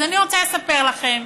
אז אני רוצה לספר לכם